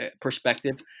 perspective